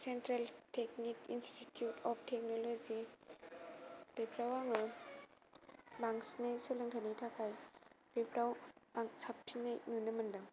central institute of technology बेफोराव आङो बांसिनै सोलोंथाइनि थाखाय बेफोराव आं साबसिनै नुनो मोन्दों